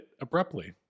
abruptly